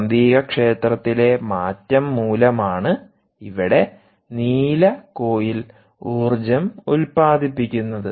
കാന്തികക്ഷേത്രത്തിലെ മാറ്റം മൂലമാണ് ഇവിടെ നീല കോയിൽ ഊർജ്ജം ഉല്പാദിപ്പിക്കുന്നത്